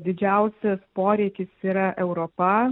didžiausias poreikis yra europa